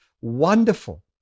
wonderful